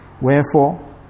Wherefore